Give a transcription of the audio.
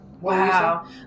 Wow